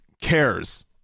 cares